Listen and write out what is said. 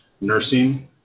Nursing